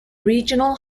regional